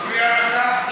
בעזרת השם.